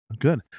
good